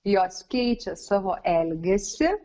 jos keičia savo elgesį